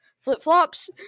flip-flops